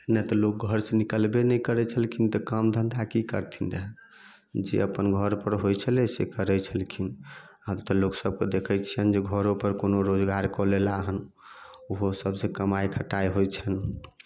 पहिने तऽ लोक घर से निकलबे नहि करैत छलखिन तऽ काम धंधा की करथिन रऽ जे अपन घर पर होइ छलै से करैत छलखिन आब तऽ लोक सबके देखैत छिअनि जे घरो पर कोनो रोजगार कऽ लेला हन ओहो सब से कमाइ खटाइ होइत छनि